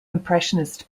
impressionist